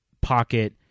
pocket